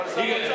הוא פה.